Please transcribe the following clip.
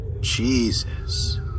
Jesus